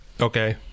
Okay